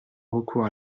recours